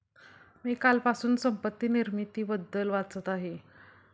मी कालपासून संपत्ती निर्मितीबद्दल वाचत आहे